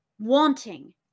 wanting